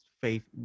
faith